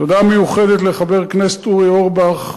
תודה מיוחדת לחבר כנסת אורי אורבך,